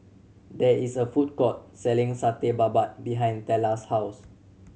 there is a food court selling Satay Babat behind Tella's house